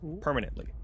permanently